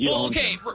Okay